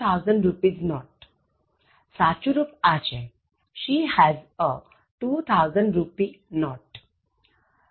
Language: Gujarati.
સાચું રુપ આ છેShe has a two thousand rupee note